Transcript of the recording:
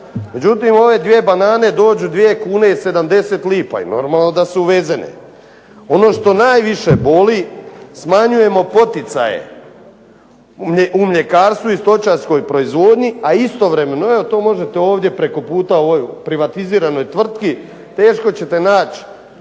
Međutim ove dvije banane dođu dvije kune i 70 lipa i normalno da su uvezene. Ono što najviše boli smanjujemo poticaje u mljekarstvu i stočarskoj proizvodnji, a istovremeno, evo to možete ovdje preko puta u ovoj privatiziranoj tvrtki teško ćete naći